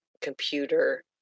computer